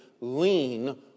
lean